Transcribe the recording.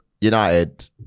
United